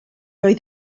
oedd